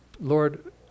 Lord